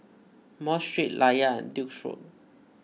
Mosque Street Layar and Duke's Road